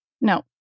No